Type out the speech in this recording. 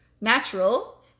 natural